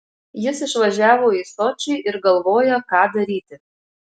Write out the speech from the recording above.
jis išvažiavo į sočį ir galvoja ką daryti